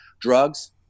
drugs